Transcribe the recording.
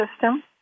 system